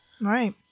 Right